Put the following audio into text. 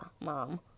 mom